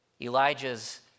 Elijah's